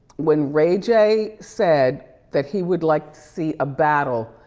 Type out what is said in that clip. when ray j said that he would like to see a battle,